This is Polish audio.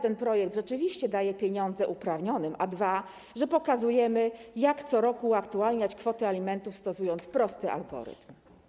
Raz, że ten projekt rzeczywiście daje pieniądze uprawnionym, a dwa, że pokazujemy, jak co roku uaktualniać kwoty alimentów, stosując prosty algorytm.